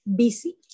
BC